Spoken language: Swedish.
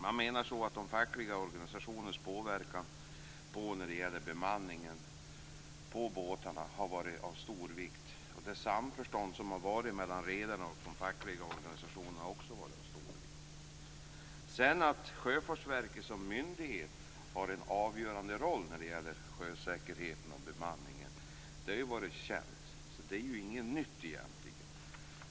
Man säger att de fackliga organisationernas påverkan på båtarnas bemanning har varit av stor vikt och det samförstånd som har rått mellan redarna och de fackliga organisationerna har också varit av stor vikt. Att Sjöfartsverket som myndighet har en avgörande roll när det gäller sjösäkerheten och bemanningen har ju varit känt, så det är egentligen inget nytt.